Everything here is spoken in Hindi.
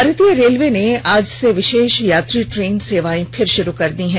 भारतीय रेलवे ने आज से विशेष यात्री ट्रेन सेवाएं फिर शुरू कर दी है